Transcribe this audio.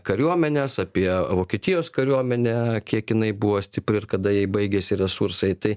kariuomenes apie vokietijos kariuomenę kiek jinai buvo stipri ir kada jai baigėsi resursai tai